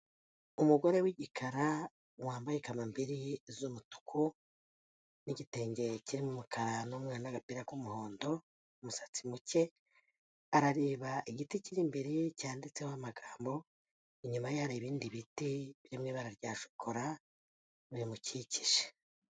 Umugore w'igikara wambaye kambiri z'umutuku n'igitenge kirimo umukara n'agapira k'umuhondo, umusatsi muke, arareba igiti kiri imbere ye cyanditseho amagambo, inyuma ye hari ibindi biti biri mu ibara rya shokora bimukikije.